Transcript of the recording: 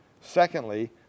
Secondly